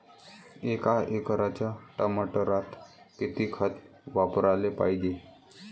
एका एकराच्या टमाटरात किती खत वापराले पायजे?